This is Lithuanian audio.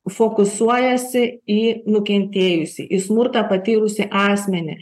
fokusuojasi į nukentėjusį į smurtą patyrusį asmenį